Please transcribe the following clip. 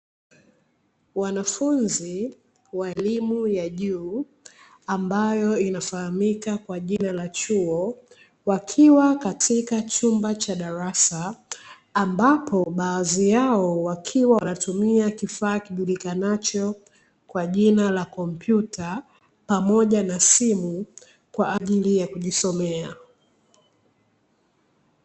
Wanafunzi wa elimu ya juu ambayo inafahamika kwa jina la "chuo", wakiwa katika chumba cha darasa, ambapo baadhi yao wakiwa wanatumia kifaa kijulikanacho kwa jina la kompyta pamoja na simu kwa ajili ya kujisomea.